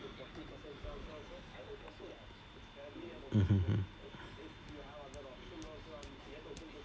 mmhmm mm